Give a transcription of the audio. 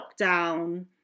lockdown